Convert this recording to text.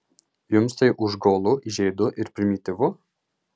jums tai užgaulu įžeidu ir primityvu